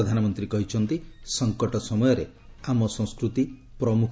ପ୍ରଧାନମନ୍ତ୍ରୀ ନରେନ୍ଦ୍ର କହିଛନ୍ତି ସଙ୍କଟ ସମୟରେ ଆମ ସଂସ୍କୃତି ପ୍ରମୁଖ